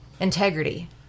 Integrity